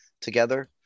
together